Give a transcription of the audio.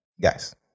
guys